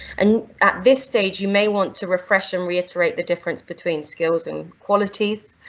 and at this stage you may want to refresh and reiterate the difference between skills and qualities,